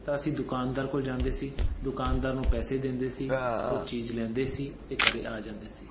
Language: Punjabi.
ਤਾਂ ਅਸੀਂ ਦੁਕਾਨਦਾਰ ਕੋਲ ਜਾਂਦੇ ਸੀ ਦੁਕਾਨਦਾਰ ਨੂੰ ਪੈਸੇ ਦਿੰਦੇ ਸੀ ਉਹ ਚੀਜ਼ ਲੈਂਦੇ ਸੀ ਅਤੇ ਘਰ ਆ ਜਾਂਦੇ ਸੀ